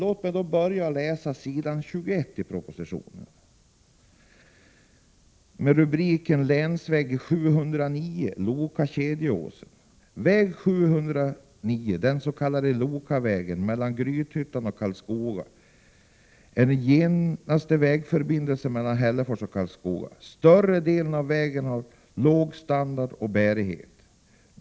Låt mig börja att läsa på s. 21 i propositionen under rubrik Länsväg 709, Loka-Kedjeåsen: ”Väg 709, den s.k. Lokavägen mellan Grythyttan och Karlskoga är den genaste vägförbindelsen mellan Hällefors och Karlskoga. Större delen av vägen har låg standard och bärighet.